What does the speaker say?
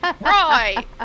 right